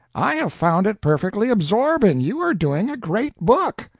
i have found it perfectly absorbing. you are doing a great book!